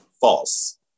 False